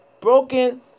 broken